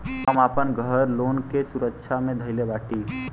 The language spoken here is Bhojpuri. हम आपन घर लोन के सुरक्षा मे धईले बाटी